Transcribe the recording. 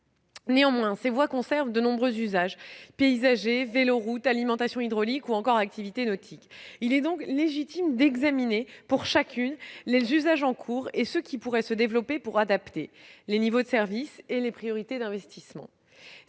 Néanmoins, ces voies conservent de nombreux usages : patrimoine paysager, véloroute, alimentation hydraulique ou encore activités nautiques. Il est donc légitime d'examiner, pour chaque voie, les usages en cours et ceux qui pourraient se développer, afin d'adapter les niveaux de service et les priorités d'investissement.